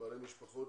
בעלי משפחות,